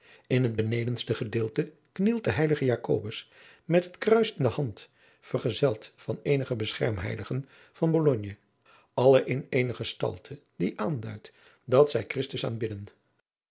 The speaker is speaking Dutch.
in het benedenste gedeelte knielt de heilige jacobus met het kruis in de hand vergezeld van eenige beschermheiligen van bologne alle in eene gestalte die aanduidt dat zij christus aanbidden